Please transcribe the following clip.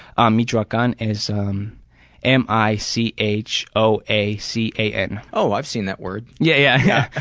um michoacan and is um m i c h o a c a n. oh i've seen that word. yeah,